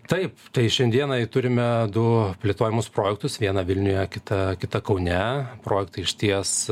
taip tai šiandienai turime du plėtojamus projektus vieną vilniuje kita kitą kaune projektai išties